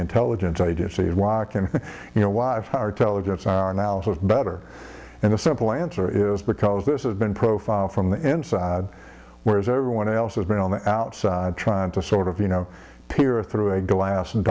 intelligence agencies walk and you know why tell the jets better and the simple answer is because this has been profiled from the inside whereas everyone else has been on the outside trying to sort of you know peer through a glass and